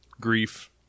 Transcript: grief